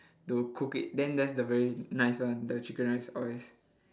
to cook it then that's the very nice one the chicken rice always